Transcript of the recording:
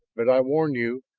but i warn you,